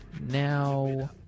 Now